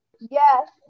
Yes